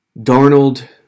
Darnold